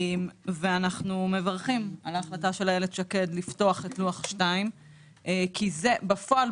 אנחנו מברכים על החלטת איילת שקד לפתוח את לוח 2 כי בפועל,